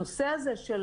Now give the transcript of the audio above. הנושא הזה של